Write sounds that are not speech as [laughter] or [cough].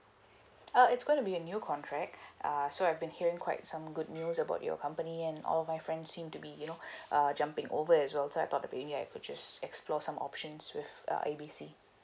uh it's going to be a new contract [breath] uh so I've been hearing quite some good news about your company and all of my friend seem to be you know [breath] uh jumping over as well so I thought that maybe I could just explore some options with uh A B C